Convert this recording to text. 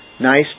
nice